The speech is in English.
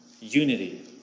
unity